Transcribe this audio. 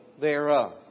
thereof